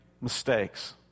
mistakes